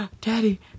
Daddy